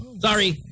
sorry